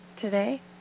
today